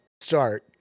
start